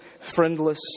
friendless